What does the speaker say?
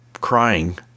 crying